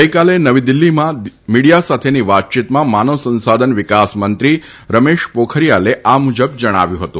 ગઇકાલે નવી દિલ્હીમાં મિડીયા સાથેની વાતયીતમાં માનવ સંશાધન વિકાસ મંત્રી રમેશ પોખરીયાલે આ મુજબ જણાવ્યું હતું